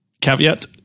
caveat